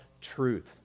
truth